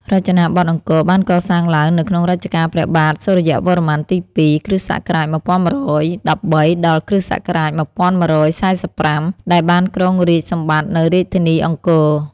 រចនាបថអង្គរបានកសាងឡើងនៅក្នុងរជ្ជកាលព្រះបាទសូរ្យវរ្ម័នទី ២ (គ.ស. ១១១៣ ដល់ គ.ស.១១៤៥) ដែលបានគ្រងរាជ្យសម្បត្តិនៅរាជធានីអង្គរ ។